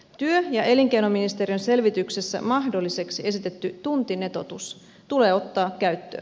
työ ja elinkeinoministeriön selvityksessä mahdolliseksi esitetty tuntinetotus tulee ottaa käyttöön